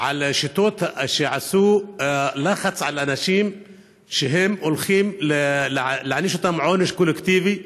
שיטות שבהן לחצו על אנשים שהולכים להעניש אותם עונש קולקטיבי,